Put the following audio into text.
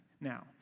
now